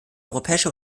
europäische